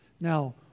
Now